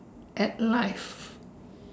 at life